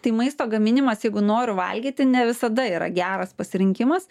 tai maisto gaminimas jeigu noriu valgyti ne visada yra geras pasirinkimas